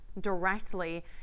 Directly